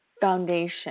foundation